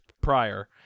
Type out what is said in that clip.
prior